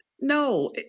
No